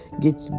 Get